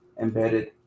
embedded